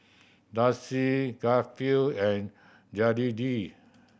Darci Garfield and Jedidiah